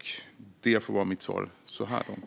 Det får vara mitt svar så här långt.